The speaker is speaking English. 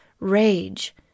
Rage